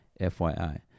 FYI